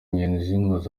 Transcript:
z’ingenzi